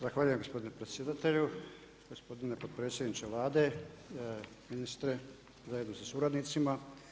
Zahvaljujem gospodine predsjedatelju, gospodine potpredsjedniče Vlade, ministre, zajedno sa suradnicima.